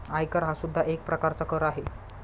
आयकर हा सुद्धा एक प्रकारचा कर आहे